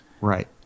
Right